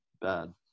bad